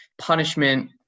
punishment